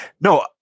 no